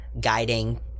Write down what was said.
guiding